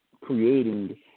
creating